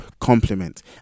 complement